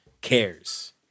cares